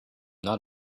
not